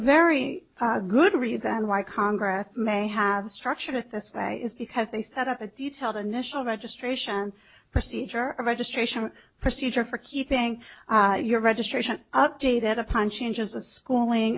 very good reason why congress may have structured with this guy is because they set a detailed initial registration procedure of registration procedure for keeping your registration updated upon changes of schooling